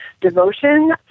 devotion